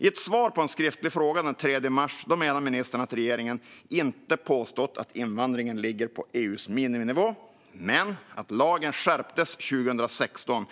I ett svar på en skriftlig fråga den 3 mars menar ministern att regeringen inte har påstått att invandringen ligger på EU:s miniminivå men att lagen skärptes 2016